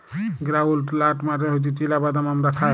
গেরাউলড লাট মালে হছে চিলা বাদাম আমরা খায়